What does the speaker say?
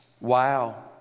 Wow